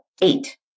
eight